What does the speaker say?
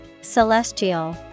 Celestial